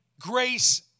grace